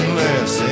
less